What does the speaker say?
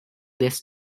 this